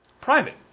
Private